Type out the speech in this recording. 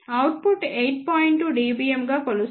2 dBm గా కొలుస్తారు